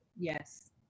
Yes